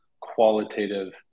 qualitative